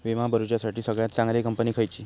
विमा भरुच्यासाठी सगळयात चागंली कंपनी खयची?